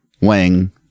Wang